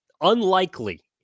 unlikely